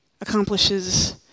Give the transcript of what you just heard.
accomplishes